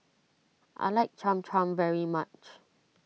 I like Cham Cham very much